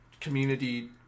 Community